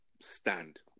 stand